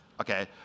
okay